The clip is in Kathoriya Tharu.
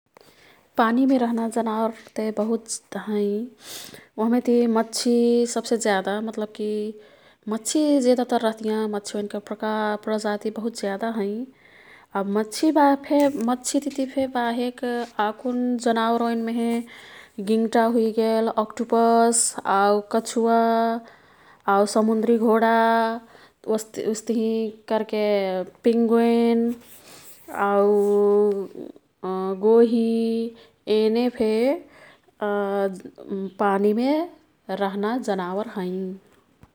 पानीमे रह्ना जनावरते बहुत हैं। ओह्मेति मच्छी सब्से ज्यादा मतलबकी, मच्छी जेदातर रह्तियाँ। मच्छि ओईनके प्रकार, प्रजाति बहुत ज्यादा हैं। अब मच्छीतितीफे बाहेक आकुन जनावर ओईन्मेहे गिंगटा हुइगेल, अक्टुपस, आऊ कछुवा, आऊ समुन्द्री घोडा ओस्ताही /उस्तही कर्के पेंगुंइन् आऊ गोही येनेफे पानीमे रह्ना जनावर हैं।